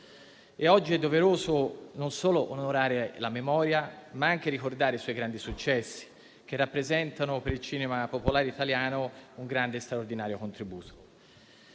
Oggi è doveroso, non solo onorare la memoria, ma anche ricordare i grandi successi di Francesco Nuti, che rappresentano per il cinema popolare italiano un grande e straordinario contributo.